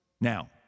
Now